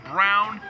Brown